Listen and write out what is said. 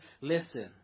listen